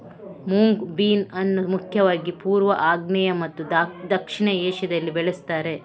moong bean ಅನ್ನು ಮುಖ್ಯವಾಗಿ ಪೂರ್ವ, ಆಗ್ನೇಯ ಮತ್ತು ದಕ್ಷಿಣ ಏಷ್ಯಾದಲ್ಲಿ ಬೆಳೆಸ್ತಾರೆ